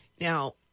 Now